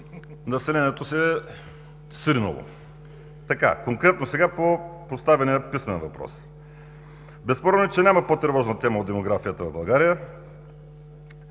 населението се е сринало. Конкретно сега по поставения писмен въпрос. Безспорно е, че няма по-тревожна тема от демографията в България.